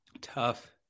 Tough